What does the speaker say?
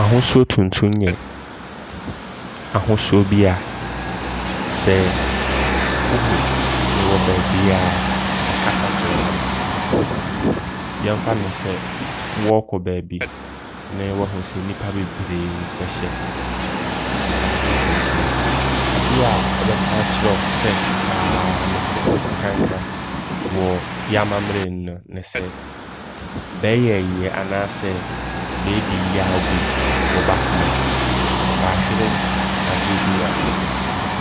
Ahosuo tuntum yɛ ahosuo bia sɛ wohu no wɔ baabiaa ɔkasa kyerɛ w'adwene. Yɛmfa no sɛ wɔɔkɔ baabi nee wahu sɛ nnipa bebree bɛhyɛ ntaadeɛ tuntum. Adea ɔbɛka akyerɛ wo first paa ne sɛ, nkanka wɔ yɛamammerɛ mu ne sɛ bɛɛyɛ ayie anaasɛ bɛɛdi yaw bi wɔ bɛ akomam. Bɛahwere adeɛ bia